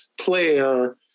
player